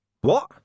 What